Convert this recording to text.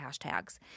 hashtags